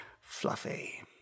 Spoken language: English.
Fluffy